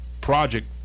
project